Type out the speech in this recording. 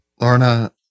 Lorna